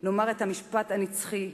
נאמר את המשפט הנצחי,